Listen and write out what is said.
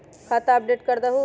खाता अपडेट करदहु?